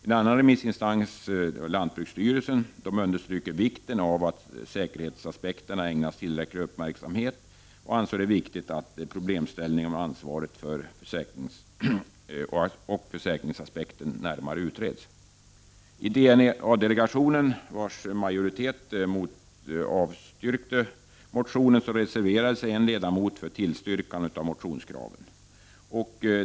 En annan remissinstans, lantbruksstyrelsen, understryker vikten av att säkerhetsaspekterna ägnas tillräcklig uppmärksamhet och anser det vara viktigt att problemställningen om ansvaret och försäkringsaspekten närmare utreds. I DNA-delegationen, vars majoritet avstyrkte motionen, reserverade sig en ledamot för tillstyrkande av motionskraven.